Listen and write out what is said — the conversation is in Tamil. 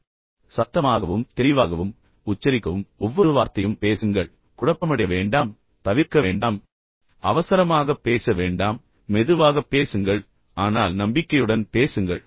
எனவே சத்தமாகவும் தெளிவாகவும் உச்சரிக்கவும் அதாவது ஒவ்வொரு வார்த்தையும் பேசுங்கள் குழப்பமடைய வேண்டாம் தவிர்க்க வேண்டாம் அவசரமாகப் பேச வேண்டாம் மெதுவாகப் பேசுங்கள் ஆனால் நம்பிக்கையுடன் பேசுங்கள்